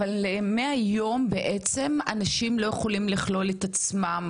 אבל מהיום בעצם אנשים לא יכולים לכלול את עצמם,